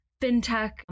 fintech